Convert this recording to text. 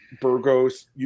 Burgos